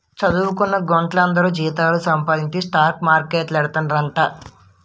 చదువుకొన్న గుంట్లందరూ జీతాలు సంపాదించి స్టాక్ మార్కెట్లేడతండ్రట